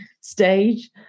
stage